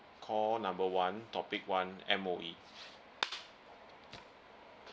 call number one topic one M_O_E